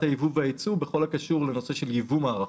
הייבוא והייצוא בכל הקשור לייבוא מערכות.